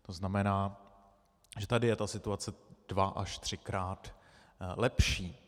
To znamená, že tady je ta situace dva až třikrát lepší.